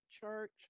church